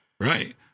Right